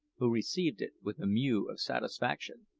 who received it with a mew of satisfaction.